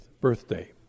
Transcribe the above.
birthday